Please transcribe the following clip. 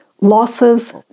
losses